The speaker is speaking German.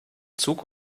zug